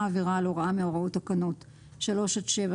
עבירה על הוראה מהוראות תקנות 3 עד 7,